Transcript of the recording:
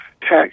tax